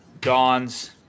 dawns